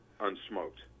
unsmoked